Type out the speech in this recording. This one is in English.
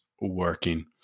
working